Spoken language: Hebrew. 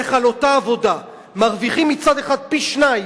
איך על אותה עבודה מרוויחים מצד אחד פי-שניים,